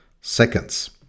seconds